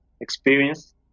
experience